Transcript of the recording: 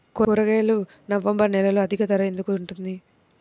కూరగాయలు నవంబర్ నెలలో అధిక ధర ఎందుకు ఉంటుంది?